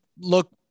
look